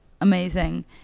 Amazing